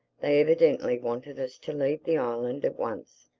they evidently wanted us to leave the island at once.